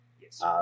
Yes